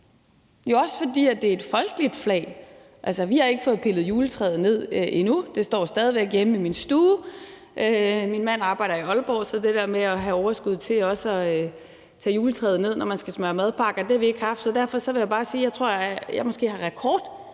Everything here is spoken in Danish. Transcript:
og fordi det jo også er et folkeligt flag. Altså, vi har ikke fået pillet juletræet ned endnu, det står stadig væk hjemme i min stue. Min mand arbejder i Aalborg, så det der med at have overskud til også at hive juletræet ned, når man skal smøre madpakker, har vi ikke haft. Derfor vil jeg bare sige, at jeg måske har rekord